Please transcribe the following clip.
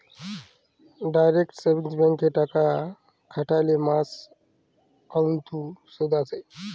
direct savings ব্যাংকে টাকা খ্যাটাইলে মাস অল্তে সুদ আসে